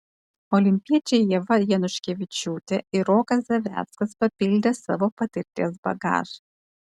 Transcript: olimpiečiai ieva januškevičiūtė ir rokas zaveckas papildė savo patirties bagažą